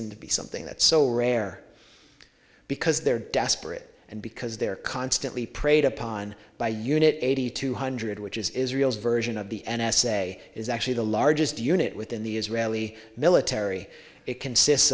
n to be something that so rare because they're desperate and because they're constantly preyed upon by unit eighty two hundred which is israel's version of the n s a is actually the largest unit within the israeli military it consists